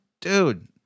Dude